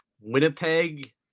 Winnipeg